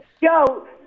Yo